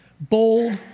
bold